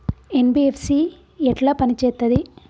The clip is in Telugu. ఎన్.బి.ఎఫ్.సి ఎట్ల పని చేత్తది?